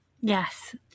Yes